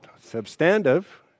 substantive